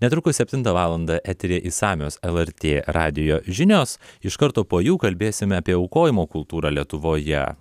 netrukus septintą valandą eteryje išsamios lrt radijo žinios iš karto po jų kalbėsime apie aukojimo kultūrą lietuvoje